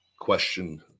Question